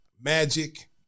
Magic